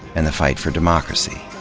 and the fight for democracy.